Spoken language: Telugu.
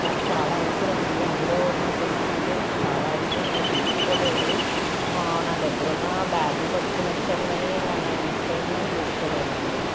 నాకు చాలా అవసరమండి అందులో ఉన్న థింగ్స్ అన్నీ నాకు చాలా అవసరం నేను చూసుకోలేదు నా దగ్గరున్న బ్యాగ్లు పట్టుకొని వచ్చానుగాని న నాది మిస్సయిందని చూసుకోలేదండి